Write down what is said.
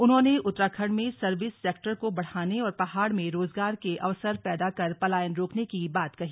उन्होंने उत्तराखंड में service sector को बढ़ाने और पहाड़ में रोजगार के अवसर पैदा कर पलायन रोकने की बात कही